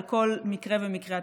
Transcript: על כל מקרה ומקרה.